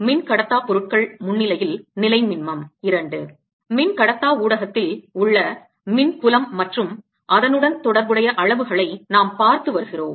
மின்கடத்தா பொருட்கள் முன்னிலையில் நிலைமின்மம் - II மின்கடத்தா ஊடகத்தில் உள்ள மின் புலம் மற்றும் அதனுடன் தொடர்புடைய அளவுகளை நாம் பார்த்து வருகிறோம்